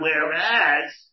whereas